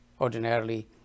ordinarily